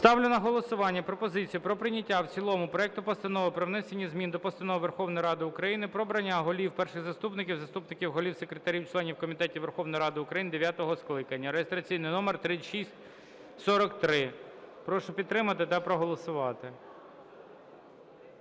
Ставлю на голосування пропозицію про прийняття в цілому проекту Постанови про внесення змін до Постанови Верховної Ради України "Про обрання голів, перших заступників, заступників голів, секретарів, членів комітетів Верховної Ради України дев’ятого скликання" (реєстраційний номер 3643). Прошу підтримати та проголосувати.